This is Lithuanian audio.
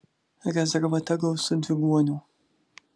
rezervate gausu dviguonių